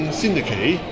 syndicate